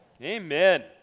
Amen